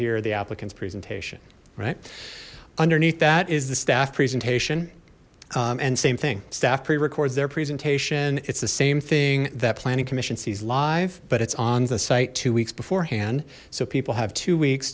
hear the applicants presentation right underneath that is the staff presentation and same thing staff pre records their presentation it's the same thing that planning commission sees live but it's on the site two weeks beforehand so people have two weeks